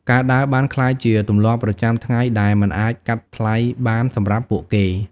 ការដើរបានក្លាយជាទម្លាប់ប្រចាំថ្ងៃដែលមិនអាចកាត់ថ្លៃបានសម្រាប់ពួកគេ។